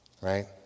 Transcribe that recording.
right